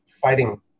fighting